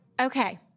Okay